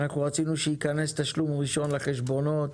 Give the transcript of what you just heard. אנחנו רצינו שייכנס תשלום ראשון לחשבונות,